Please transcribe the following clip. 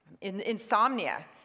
Insomnia